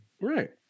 right